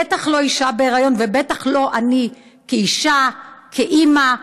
בטח לא אישה בהיריון, ובטח לא אני כאישה, כאימא.